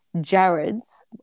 Jared's